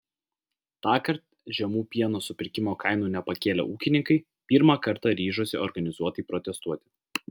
tąkart žemų pieno supirkimo kainų nepakėlę ūkininkai pirmą kartą ryžosi organizuotai protestuoti